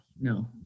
no